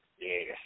Yes